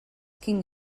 quin